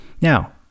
Now